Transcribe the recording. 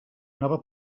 nova